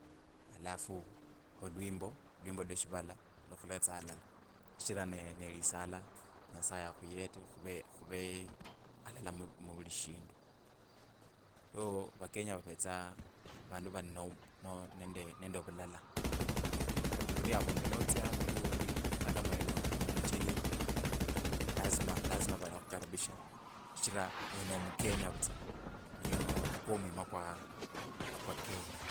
Alafu olwimbo alwimbo lwe shivala lukhuretsasanga alala shichira ne nelisala nyasaye akhuyete khu khuve alala mu mu muvulishindu so valenya vavetsa vandu vali no nende nende vulala vuli avundu notsya avandu undi ata kama ewe no mucheni lazima lazima valakhukarisha shichira ewe no mukenya vutsa niyo nikwo omwima kwa kwa kenya.